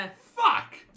Fuck